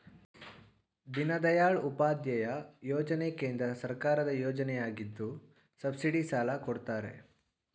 ದೀನದಯಾಳ್ ಉಪಾಧ್ಯಾಯ ಯೋಜನೆ ಕೇಂದ್ರ ಸರ್ಕಾರದ ಯೋಜನೆಯಗಿದ್ದು ಸಬ್ಸಿಡಿ ಸಾಲ ಕೊಡ್ತಾರೆ